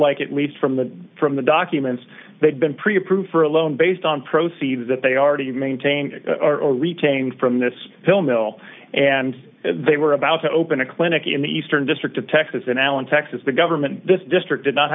like at least from the from the documents they've been pre approved for a loan based on proceeds that they already maintain or retain from this film mill and they were about to open a clinic in the eastern district of texas and alan texas the government this district did not